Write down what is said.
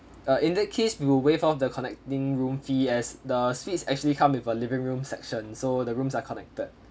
uh in that case we will waive off the connecting room fee as the suites actually come with a living room section so the rooms are connected